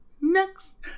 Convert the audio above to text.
next